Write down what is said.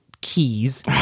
keys